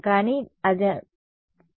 విద్యార్థి అది సమానమైన సర్క్యూట్ పంపిణీ